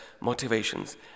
motivations